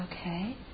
okay